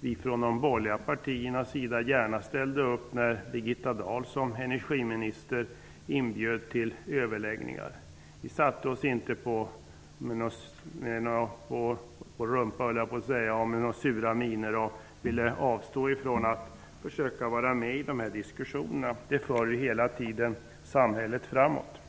vi från de borgerliga partierna gärna ställde upp när Birgitta Dahl som energiminister inbjöd till överläggningar. Vi satte oss inte ner med sura miner, och vi avstod inte från att vara med i diskussionerna. Det är detta som hela tiden för samhället framåt.